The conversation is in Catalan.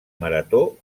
marató